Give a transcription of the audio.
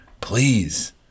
Please